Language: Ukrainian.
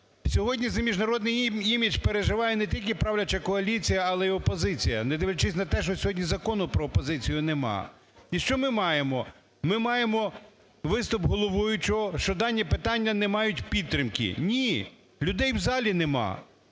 Сьогодні за міжнародний імідж переживає не тільки правляча коаліція, але і опозиція, недивлячись на те, що сьогодні Закону про опозицію немає. І що ми маємо? Ми маємо виступ головуючого, що дані питання не мають підтримки. Ні! Людей в залі немає.